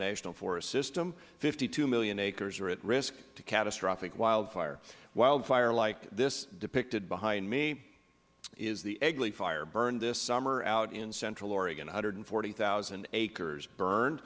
national forest system fifty two million acres are at risk to catastrophic wildfire wildfire like this depicted behind me is the egley fire burned this summer out in central oregon one hundred and forty thousand acres burn